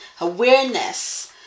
awareness